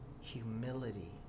humility